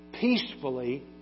peacefully